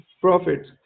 profit